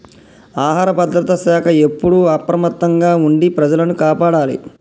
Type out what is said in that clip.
ఆహార భద్రత శాఖ ఎప్పుడు అప్రమత్తంగా ఉండి ప్రజలను కాపాడాలి